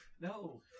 No